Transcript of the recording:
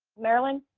marilyn?